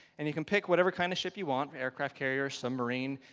and you can pick whatever kind of ship you want, aircraft carrier, submarine.